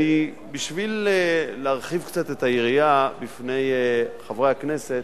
בשביל להרחיב קצת את היריעה בפני חברי הכנסת,